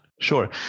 Sure